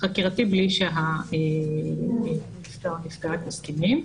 חקירתי בלי שהנפגע/ת מסכימים.